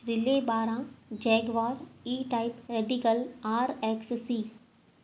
दिल्ली ॿारहां Jaguar E type radical R X C